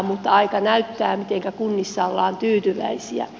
mutta aika näyttää mitenkä kunnissa ollaan tyytyväisiä